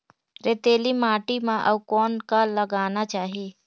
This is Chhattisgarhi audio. रेतीली माटी म अउ कौन का लगाना चाही?